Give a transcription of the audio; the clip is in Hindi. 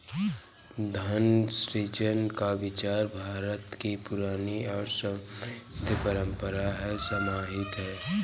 धन सृजन का विचार भारत की पुरानी और समृद्ध परम्परा में समाहित है